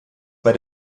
bei